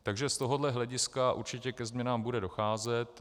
Takže z tohoto hlediska určitě ke změnám bude docházet.